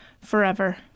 forever